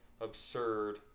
absurd